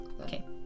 Okay